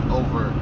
over